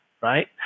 right